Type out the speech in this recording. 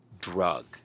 drug